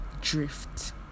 drift